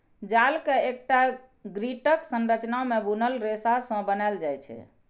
जाल कें एकटा ग्रिडक संरचना मे बुनल रेशा सं बनाएल जाइ छै